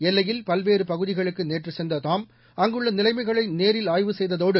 எல்லையில் பல்வேறு பகுதிகளுக்கு நேற்று சென்ற தாம் அங்குள்ள நிலைமைகளை நேரில் ஆய்வு செய்ததோடு